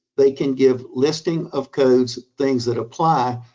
they can give listing of codes, things that apply.